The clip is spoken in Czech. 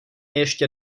ještě